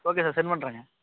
okay நான் send பண்ணுறேங்க